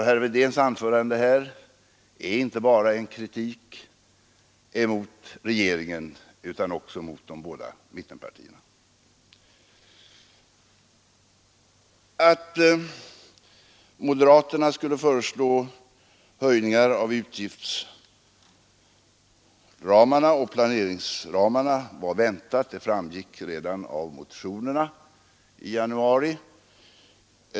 Herr Wedéns anförande är därför inte bara en kritik mot regeringen utan också en kritik mot de båda mittenpartierna. Att moderaterna skulle föreslå höjningar av utgiftsramarna och planeringsramarna var väntat; det framgick redan av de motioner som väcktes i januari.